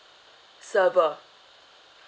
server